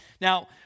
Now